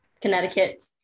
Connecticut